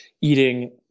eating